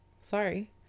sorry